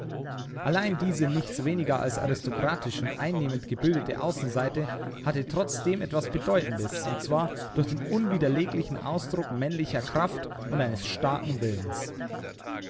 allein diese nichts weniger als aristokratisch und einnehmend gebildete außenseite hatte trotzdem etwas bedeutendes und zwar durch den unwiderleglichen ausdruck männlicher kraft und eines starken willens